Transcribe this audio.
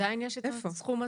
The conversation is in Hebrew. עדיין יש הסכום הזה?